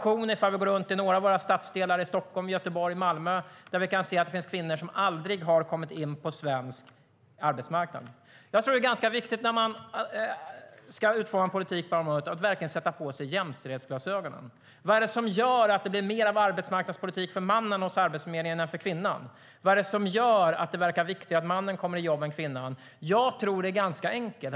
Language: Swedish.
I några stadsdelar i Stockholm, Göteborg och Malmö finns det kvinnor som aldrig har kommit in på svensk arbetsmarknad. Jag tror att det är ganska viktigt att verkligen sätta på sig jämställdhetsglasögonen när man ska utforma politik på det här området. Vad är det som gör att det blir mer av arbetsmarknadspolitik för mannen än kvinnan hos Arbetsförmedlingen? Vad är det som gör att det verkar viktigare att mannen kommer i jobb än kvinnan? Jag tror att det är ganska enkelt.